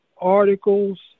articles